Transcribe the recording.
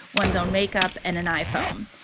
one's own makeup and an iphone? um